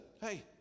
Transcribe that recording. hey